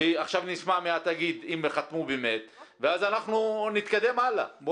עכשיו נשמע מהתאגיד אם חתמו באמת ואז אנחנו נתקדם הלאה.